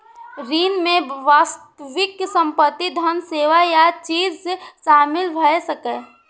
ऋण मे वास्तविक संपत्ति, धन, सेवा या चीज शामिल भए सकैए